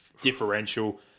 differential